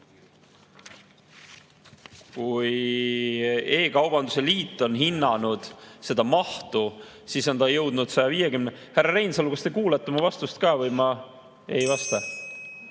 kui e-kaubanduse liit on hinnanud seda mahtu, siis on ta jõudnud 150 … Härra Reinsalu, kas te kuulate minu vastust ka või ma ei vasta?